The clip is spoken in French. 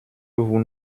vous